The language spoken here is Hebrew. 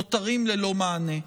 נותרות ללא מענה.